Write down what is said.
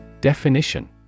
Definition